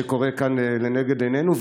שקורה כאן לנגד עינינו.